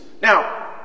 Now